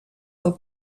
del